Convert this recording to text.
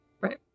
right